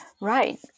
Right